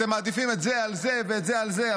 אתם מעדיפים את זה על זה ואת זה על זה,